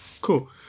Cool